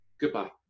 Goodbye